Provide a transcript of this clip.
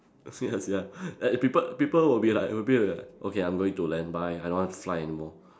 ya sia like if people people will be like will be like okay I'm going to land bye I don't want to fly anymore